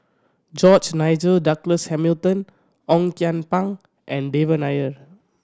George Nigel Douglas Hamilton Ong Kian Peng and Devan Nair